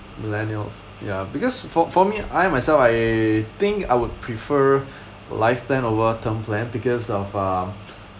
millennials ya because for for me I myself I think I would prefer life plan over term plan because of uh